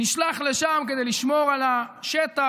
נשלח לשם כדי לשמור על השטח.